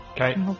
okay